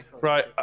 Right